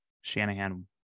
Shanahan